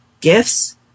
gifts